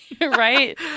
right